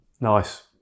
Nice